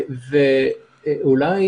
זה אולי,